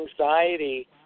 anxiety